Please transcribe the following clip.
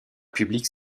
publique